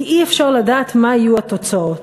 כי אי-אפשר לדעת מה יהיו התוצאות.